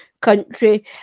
country